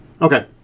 Okay